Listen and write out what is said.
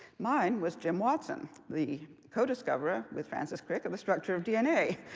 mine was jim watson, the co-discoverer, with francis crick, of the structure of dna,